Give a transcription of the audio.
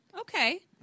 Okay